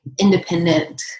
independent